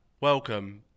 Welcome